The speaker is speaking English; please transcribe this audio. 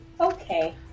Okay